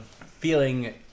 feeling